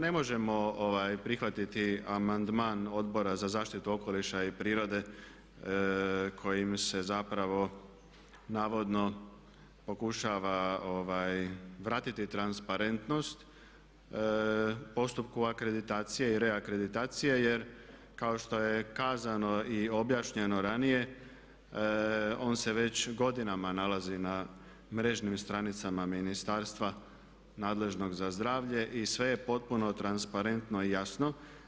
Ne možemo prihvatit amandman Odbora za zaštitu okoliša i prirode kojim se zapravo navodno pokušava vratiti transparentnost postupku akreditacije i readkreditacije jer kao što je kazano i objašnjeno ranije on se već godinama nalazi na mrežnim stranicama ministarstva nadležnog za zdravlje i sve je potpuno transparentno i jasno.